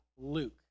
Luke